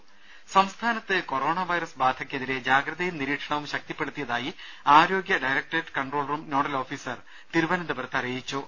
ദേഴ സംസ്ഥാനത്ത് corona virus ബാധക്കെതിരെ ജാഗ്രതയും നിരീക്ഷണവും ശക്തിപ്പെടുത്തിയതായി ആരോഗ്യ directorate control room nodal officer തിരുവനന്തപുരത്ത് അറിയിച്ചു